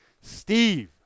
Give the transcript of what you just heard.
Steve